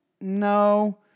No